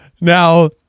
Now